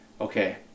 okay